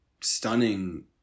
stunning